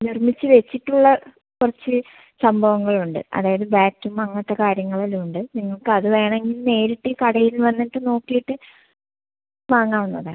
നിർമ്മിച്ച് വെച്ചിട്ടുള്ള കുറച്ച് സംഭവങ്ങൾ ഉണ്ട് അതായത് ബാറ്റും അങ്ങനത്തെ കാര്യങ്ങൾ എല്ലം ഉണ്ട് നിങ്ങൾക്ക് അത് വേണമെങ്കിൽ നേരിട്ട് കടയിൽ വന്നിട്ട് നോക്കിയിട്ട് വാങ്ങാവുന്നതാണ്